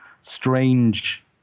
strange